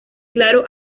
claro